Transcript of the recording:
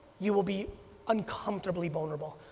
you will be uncomfortably vulnerable.